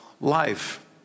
life